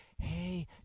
hey